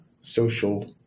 social